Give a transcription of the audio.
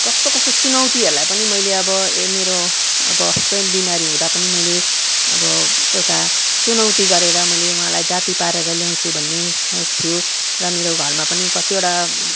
कस्तो कस्तो चुनौतीहरूलाई पनि मैले अब मेरो हसबेन्ड बिमारी हुँदा पनि मैले एउटा चुनौती गरेर मैले उहाँलाई जाती पारेर ल्याउँछु भन्ने सोच थियो र मेरो घरमा पनि कतिवटा